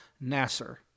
Nasser